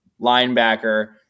linebacker